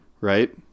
Right